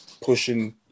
pushing